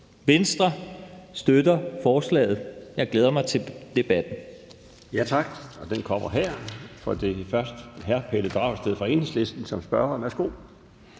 Venstre støtter forslaget, og jeg glæder mig til debatten.